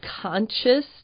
conscious